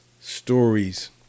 stories